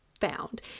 found